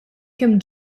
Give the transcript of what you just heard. kemm